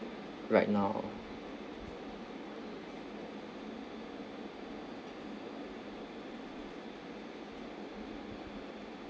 right now